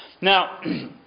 Now